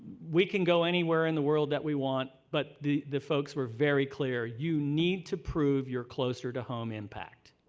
we can go anywhere in the world that we want but the the folks were very clear you need to prove you're closer to home impact.